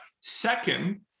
second